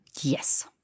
Yes